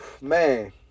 Man